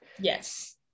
yes